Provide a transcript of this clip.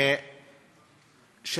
תקשיבי לסיפה.